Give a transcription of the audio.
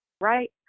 right